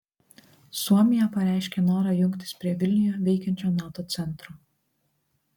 suomija pareiškė norą jungtis prie vilniuje veikiančio nato centro